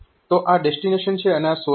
તો આ ડેસ્ટીનેશન છે અને આ સોર્સ છે